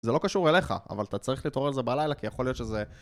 זה לא קשור אליך, אבל אתה צריך להתעורר על זה בלילה, כי יכול להיות שזה...